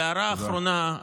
והערה אחרונה,